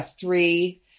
three